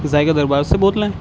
ذائقہ دربار سے بول رہے ہیں